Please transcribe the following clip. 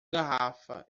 garrafa